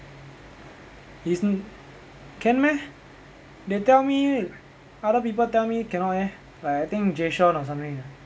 can meh they tell me other people tell me cannot leh like I think jay sean or something